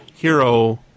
Hero